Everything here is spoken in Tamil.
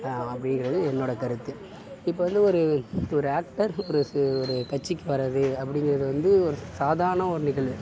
அப்படிங்கிறது என்னோடய கருத்து இப்போ வந்து ஒரு ஒரு ஆக்டர் இப்படி சி ஒரு கட்சிக்கு வர்றது அப்படிங்கிறது வந்து ஒரு சாதாரண ஒரு நிகழ்வு